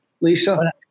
Lisa